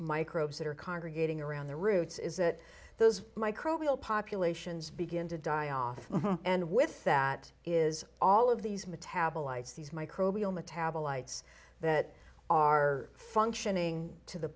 microbes that are congregating around the roots is that those microbial populations begin to die off and with that is all of these metabolites these microbial metabolites that are functioning to the